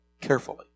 carefully